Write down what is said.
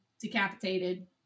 decapitated